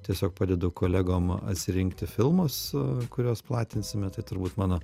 tiesiog padedu kolegom atsirinkti filmus kuriuos platinsime tai turbūt mano